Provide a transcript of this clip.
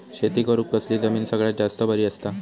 शेती करुक कसली जमीन सगळ्यात जास्त बरी असता?